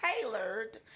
tailored